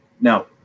now